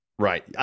Right